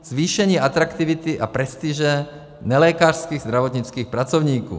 Zvýšení atraktivity a prestiže nelékařských zdravotnických pracovníků.